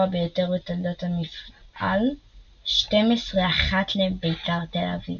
ביותר בתולדות המפעל - 121 לבית"ר תל אביב.